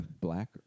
black